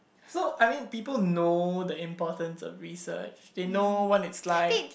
so I mean people know the importance of research they know what it's like